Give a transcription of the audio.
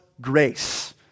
grace